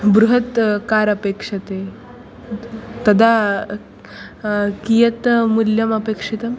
बृहत् कार् अपेक्ष्यते तदा कियत् मूल्यम् अपेक्षितम्